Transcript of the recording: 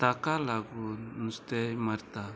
ताका लागून नुस्तें मारता